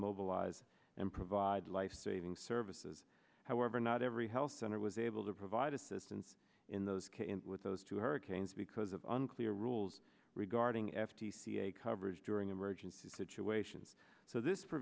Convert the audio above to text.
mobilize and provide lifesaving services however not every health center was able to provide assistance in those cases with those two hurricanes because of unclear rules regarding f t c a coverage during emergency situations so this